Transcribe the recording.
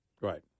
Right